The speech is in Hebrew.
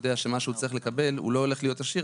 יודע שמה שהוא צריך לקבל הוא לא הולך להיות עשיר,